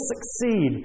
succeed